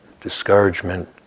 discouragement